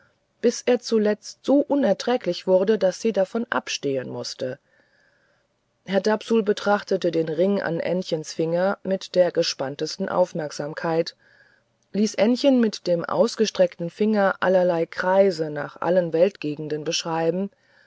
bis er zuletzt so unerträglich wurde daß sie davon abstehen mußte herr dapsul betrachtete den ring an ännchens finger mit der gespanntesten aufmerksamkeit ließ ännchen mit dem ausgestreckten finger allerlei kreise nach allen weltgegenden beschreiben